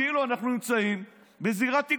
כאילו אנחנו נמצאים בזירת אגרוף.